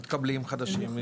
מתקבלים חדשים,